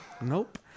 nope